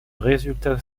résultats